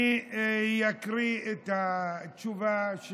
אני אקריא את התשובה,